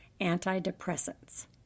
antidepressants